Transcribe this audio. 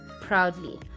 proudly